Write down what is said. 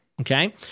Okay